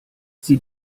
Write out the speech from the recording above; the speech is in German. sie